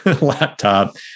laptop